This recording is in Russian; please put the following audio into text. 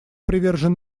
привержен